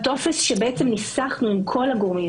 בטופס שניסחנו עם כל הגורמים,